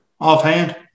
offhand